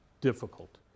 difficult